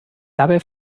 dabei